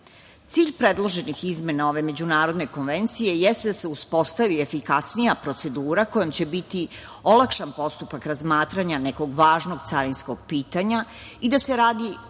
predloženih izmena ove međunarodne konvencije jeste da se uspostavi efikasnija procedura kojom će biti olakšan postupak razmatranja nekog važnog carinskog pitanja i da se radi